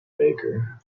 baker